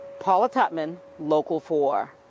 paula tutman, local four.